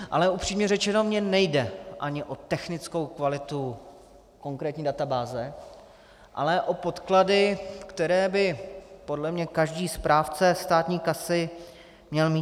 Ale upřímně řečeno, mně nejde ani o technickou kvalitu konkrétní databáze, ale o podklady, které by podle mě každý správce státní kasy měl mít.